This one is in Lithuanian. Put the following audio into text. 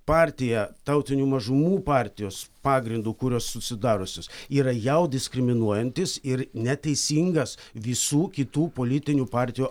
partiją tautinių mažumų partijos pagrindu kurios susidariusios yra jau diskriminuojantis ir neteisingas visų kitų politinių partijų